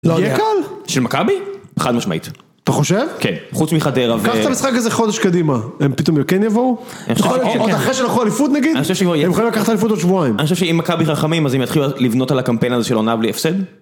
לא יהיה קל? של מכבי? חד משמעית. אתה חושב? כן. חוץ מחדרה ו... קח את המשחק איזה חודש קדימה, הם פתאום כן יבואו? או אחרי שיקחו אליפות נגיד? אני חושב ש... הם יכולים לקחת אליפות עוד שבועיים. אני חושב שאם מכבי חכמים, אז אם יתחילו לבנות על הקמפיין הזה של עונה בלי הפסד?